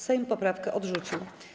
Sejm poprawkę odrzucił.